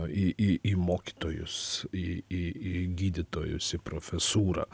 į į į mokytojus į į į gydytojus į profesūrą